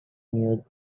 knew